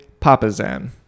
Papazan